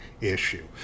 issue